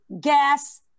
gas